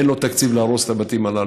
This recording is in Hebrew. ואין לו תקציב להרוס את הבתים הללו.